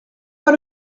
pas